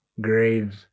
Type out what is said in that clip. grades